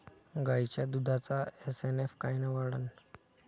गायीच्या दुधाचा एस.एन.एफ कायनं वाढन?